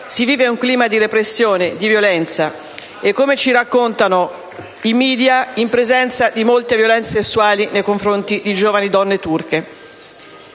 si vive un clima di repressione e di violenza e, come ci raccontano i *media*, in presenza di molte violenze sessuali nei confronti di giovani donne turche.